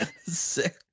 Sick